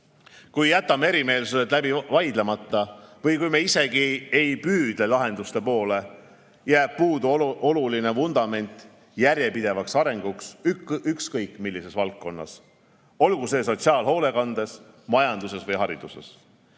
Kui jätame erimeelsused läbi vaidlemata või kui me isegi ei püüdle lahenduste poole, jääb puudu oluline vundament järjepidevaks arenguks ükskõik millises valdkonnas, olgu see sotsiaalhoolekandes, majanduses või hariduses. Meie